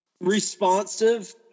responsive